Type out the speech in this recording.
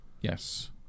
Yes